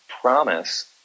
promise